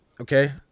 Okay